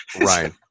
Right